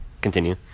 continue